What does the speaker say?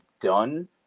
done